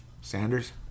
Sanders